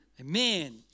Amen